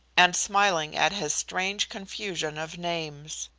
and smiling at his strange confusion of names.